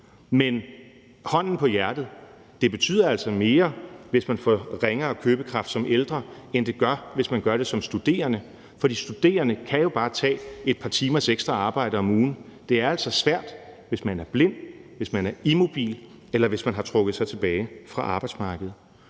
Men hånden på hjertet, det betyder altså mere, hvis man får en ringere købekraft som ældre, end det gør, hvis man får det som studerende, for de studerende kan jo bare tage et par timers ekstra arbejde om ugen. Det er altså svært, hvis man er blind, hvis man er immobil, eller hvis man har trukket sig tilbage fra arbejdsmarkedet.